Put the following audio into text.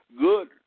Good